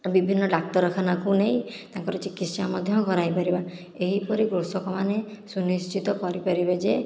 ବିଭିନ୍ନ ଡାକ୍ତରଖାନାକୁ ନେଇ ତାଙ୍କର ଚିକିତ୍ସା ମଧ୍ୟ କରାଇ ପାରିବା ଏହିପରି କୃଷକମାନେ ସୁନିଶ୍ଚିତ କରିପାରିବେ ଯେ